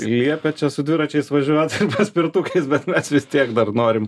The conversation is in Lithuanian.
liepė čia su dviračiais važiuot paspirtukais bet mes vis tiek dar norim